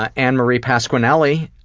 ah ann marie pasquinelli